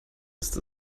ist